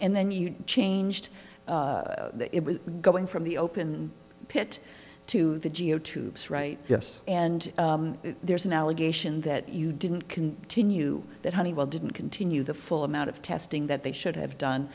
and then you changed it was going from the open pit to the geo tubes right yes and there's an allegation that you didn't continue that honeywell didn't continue the full amount of testing that they should have done